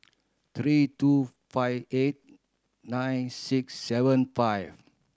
three two five eight nine six seven five